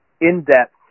in-depth